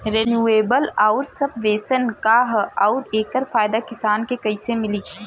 Renewable आउर subvention का ह आउर एकर फायदा किसान के कइसे मिली?